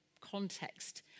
context